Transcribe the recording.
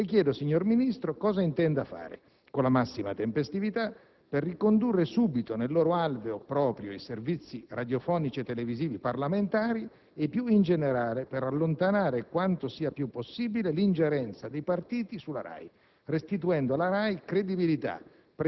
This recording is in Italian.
Le chiedo, signor Ministro, cosa intenda fare, con la massima tempestività, per ricondurre subito nel loro alveo proprio i servizi radiofonici e televisivi parlamentari e, più in generale, per allontanare quanto sia più possibile l'ingerenza dei partiti sulla RAI, restituendo alla RAI credibilità,